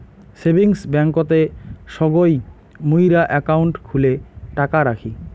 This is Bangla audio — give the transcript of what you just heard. সেভিংস ব্যাংকতে সগই মুইরা একাউন্ট খুলে টাকা রাখি